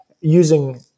using